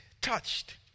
touched